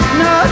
no